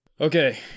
Okay